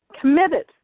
committed